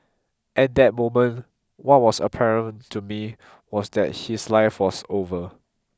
at that moment what was apparent to me was that his life was over